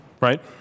Right